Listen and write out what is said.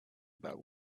about